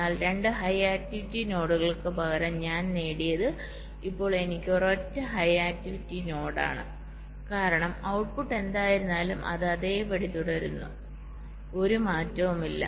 എന്നാൽ 2 high activity നോഡുകൾക്ക് പകരം ഞാൻ നേടിയത് ഇപ്പോൾ എനിക്ക് ഒരൊറ്റ ഹൈ ആക്ടിവിറ്റി നോഡ് ഉണ്ട് കാരണം ഔട്ട്പുട്ട് എന്തായിരുന്നാലും അത് അതേപടി തുടരുന്നു ഒരു മാറ്റവുമില്ല